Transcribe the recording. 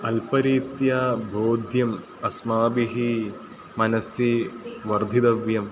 अल्परीत्या बोध्यम् अस्माभिः मनसि वर्धितव्यम्